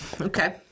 Okay